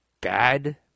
bad